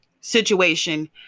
situation